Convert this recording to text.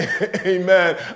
amen